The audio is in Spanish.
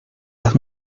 las